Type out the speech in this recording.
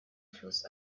fluss